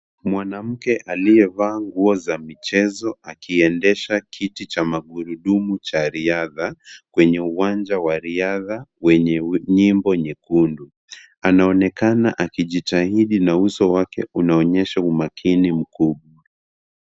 Mwanamke aliyevaa nguo za michezo akiendesha kiti cha magurudumu cha riadha kwenye uwanja wa riadha wenye nembo nyekundu. Anaonekana akijitahidi na uso wake unaonyesha umakini mkubwa.